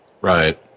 Right